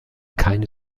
keine